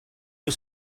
was